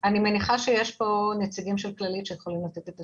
אני מניחה שיש פה נציגים של כללית שיכולים לתת את התשובה.